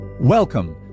Welcome